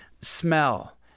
smell